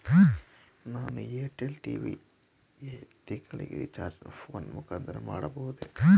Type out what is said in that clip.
ನಾನು Airtel TV ಗೆ ತಿಂಗಳ ರಿಚಾರ್ಜ್ ಫೋನ್ ಮುಖಾಂತರ ಮಾಡಬಹುದೇ?